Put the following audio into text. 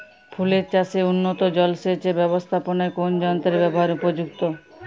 ফুলের চাষে উন্নত জলসেচ এর ব্যাবস্থাপনায় কোন যন্ত্রের ব্যবহার উপযুক্ত?